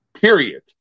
period